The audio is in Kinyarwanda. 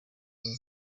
wiwe